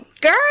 girl